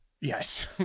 Yes